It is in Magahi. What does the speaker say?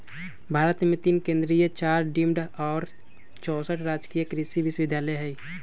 भारत मे तीन केन्द्रीय चार डिम्ड आ चौसठ राजकीय कृषि विश्वविद्यालय हई